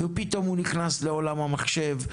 ופתאום הוא נכנס לעולם המחשב,